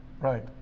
Right